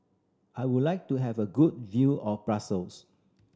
I would like to have a good view of Brussels